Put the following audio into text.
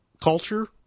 culture